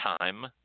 time